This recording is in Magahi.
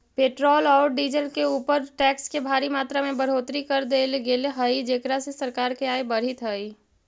पेट्रोल औउर डीजल के ऊपर टैक्स के भारी मात्रा में बढ़ोतरी कर देले गेल हई जेकरा से सरकार के आय बढ़ीतऽ हई